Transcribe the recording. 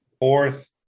fourth